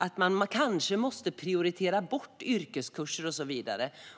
när man kanske måste prioritera bort yrkeskurser.